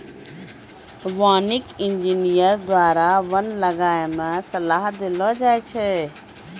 वानिकी इंजीनियर द्वारा वन लगाय मे सलाह देलो जाय छै